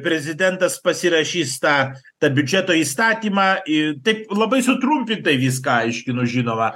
prezidentas pasirašys tą tą biudžeto įstatymą į taip labai sutrumpintai viską aiškinu žinoma